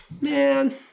man